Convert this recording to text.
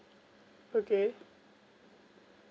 okay